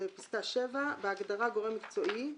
בהגדרה "גורם מקצועי",